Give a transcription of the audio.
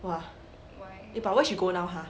!wah! but where she go now !huh!